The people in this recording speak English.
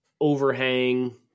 overhang